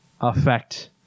affect